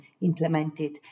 implemented